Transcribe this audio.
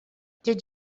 did